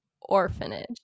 orphanage